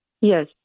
Yes